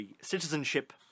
citizenship